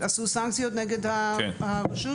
עשו סנקציות נגד הרשות?